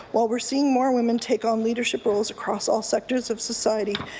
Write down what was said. while we're seeing more women take on leadership roles across all sectors of society,